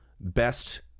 best